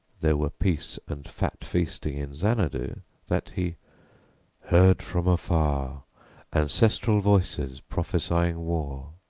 there were peace and fat feasting in xanadu that he heard from afar ancestral voices prophesying war.